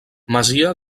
masia